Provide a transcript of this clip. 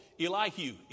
Elihu